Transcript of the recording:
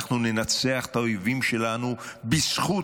אנחנו ננצח את האויבים שלנו בזכות,